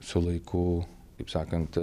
su laiku kaip sakant